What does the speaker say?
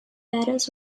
battles